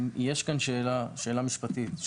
יש גם שאלה משפטית.